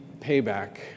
payback